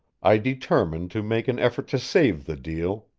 i determined to make an effort to save the deal,